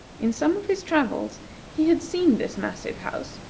in some of his travels he had seen this massive house,